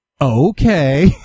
Okay